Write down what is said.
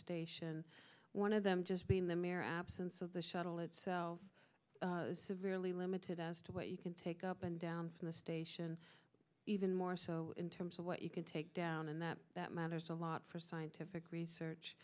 station one of them just being the mer absence of the shuttle itself severely limited as to what you can take up and down from the station even more so in terms of what you could take down and that that matters a lot for scientific